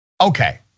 Okay